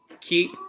Keep